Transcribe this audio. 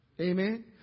Amen